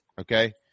okay